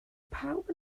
pawb